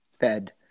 fed